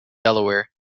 delaware